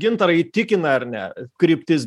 gintarai įtikina ar ne kryptis